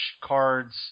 cards